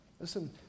Listen